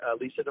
Lisa